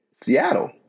Seattle